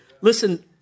Listen